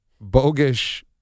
bogus